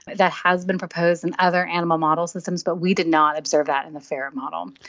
but that has been proposed in other animal model systems but we did not observe that in the ferret model.